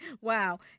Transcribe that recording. Wow